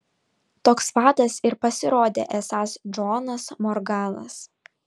toks vadas ir pasirodė esąs džonas morganas